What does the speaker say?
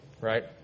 Right